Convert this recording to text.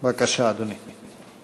בבקשה, אדוני.